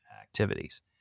activities